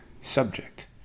subject